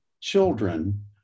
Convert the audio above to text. children